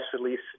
release